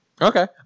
Okay